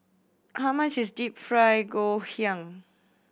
how much is Deep Fried Ngoh Hiang